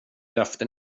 löfte